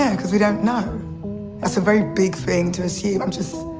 yeah because we don't know. that's a very big thing to assume. i'm just